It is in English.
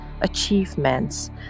achievements